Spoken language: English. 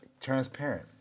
transparent